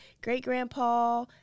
great-grandpa